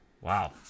Wow